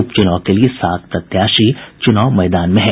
उप चुनाव के लिए सात प्रत्याशी चुनाव मैदान में हैं